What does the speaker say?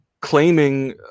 Claiming